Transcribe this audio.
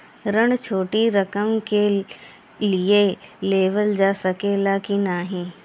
ऋण छोटी रकम के लिए लेवल जा सकेला की नाहीं?